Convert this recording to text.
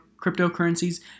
cryptocurrencies